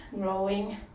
growing